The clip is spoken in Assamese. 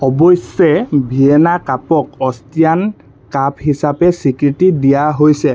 অৱশ্যে ভিয়েনা কাপক অষ্ট্ৰিয়ান কাপ হিচাপে স্বীকৃতি দিয়া হৈছে